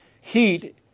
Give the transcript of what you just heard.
heat